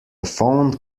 phone